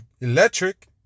electric